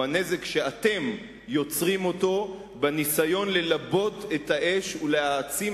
הוא הנזק שאתם יוצרים אותו בניסיון ללבות את האש ולהעצים